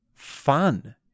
fun